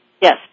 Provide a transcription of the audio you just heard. Yes